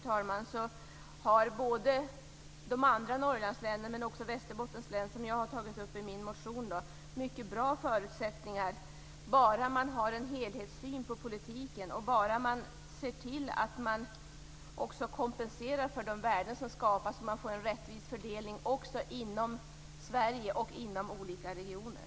Sammantaget har de andra Norrlandslänen och även Västerbottens län, som jag har tagit upp i min motion, mycket bra förutsättningar bara man har en helhetsyn på politiken och ser till att man kompenserar för de värden som skapas så att man får en rättvis fördelning inom Sverige och inom olika regioner.